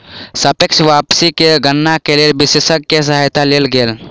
सापेक्ष वापसी के गणना के लेल विशेषज्ञ के सहायता लेल गेल